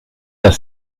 pas